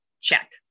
check